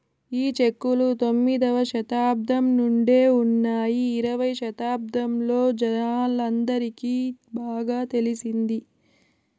ఈ చెక్కులు తొమ్మిదవ శతాబ్దం నుండే ఉన్నాయి ఇరవై శతాబ్దంలో జనాలందరికి బాగా తెలిసింది